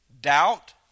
doubt